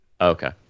Okay